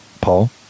Paul